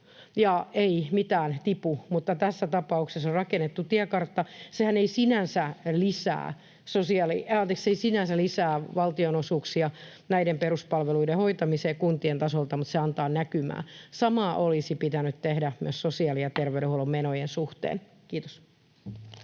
ei mitään tipu, mutta tässä tapauksessa on rakennettu tiekartta. Sehän ei sinänsä lisää valtionosuuksia näiden peruspalveluiden hoitamiseen kuntien tasolla, mutta se antaa näkymää. Sama olisi pitänyt tehdä myös sosiaali‑ ja terveydenhuollon menojen suhteen. — Kiitos.